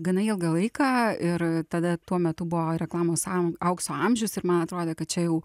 gana ilgą laiką ir tada tuo metu buvo reklamos am aukso amžius ir man atrodė kad čia jau